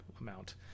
amount